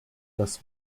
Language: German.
das